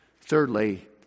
thirdly